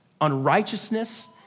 Unrighteousness